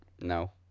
No